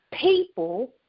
people